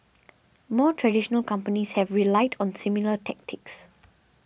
more traditional companies have relied on similar tactics